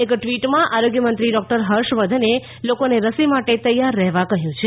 એક ટ્વિટમાં આરોગ્ય મંત્રી ડોક્ટર હર્ષ વર્ધને લોકોને રસી માટે તૈયાર રહેવા કહ્યું છે